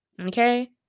Okay